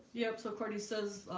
yep, so party says,